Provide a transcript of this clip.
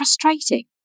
frustrating